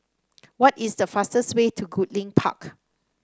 what is the fastest way to Goodlink Park